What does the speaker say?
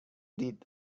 دید